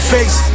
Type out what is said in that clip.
Face